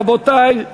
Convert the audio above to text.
רבותי,